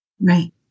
Right